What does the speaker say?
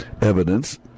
evidence